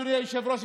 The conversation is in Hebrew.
אדוני היושב-ראש,